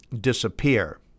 disappear